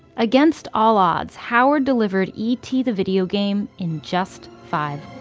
against all odds, howard delivered e t. the video game in just five